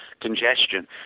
congestion